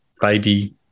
baby